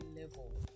level